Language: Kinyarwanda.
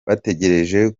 bategereje